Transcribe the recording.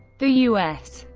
the u s.